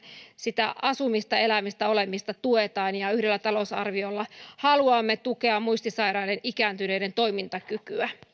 sitä asumista elämistä olemista tuetaan ja yhdellä talousarviolla haluamme tukea muistisairaiden ikääntyneiden toimintakykyä